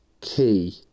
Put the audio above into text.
key